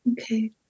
Okay